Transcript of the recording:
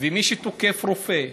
ומי שתוקף רופא,